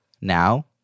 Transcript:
Now